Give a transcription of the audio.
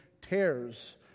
tears